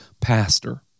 Pastor